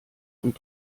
und